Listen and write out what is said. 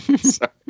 Sorry